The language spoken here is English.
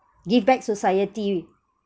give back society